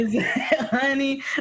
honey